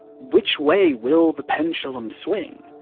which way will the pendulum swing,